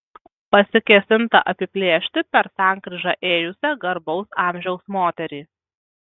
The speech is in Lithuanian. pasikėsinta apiplėšti per sankryžą ėjusią garbaus amžiaus moterį